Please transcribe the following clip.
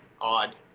odd